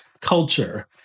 culture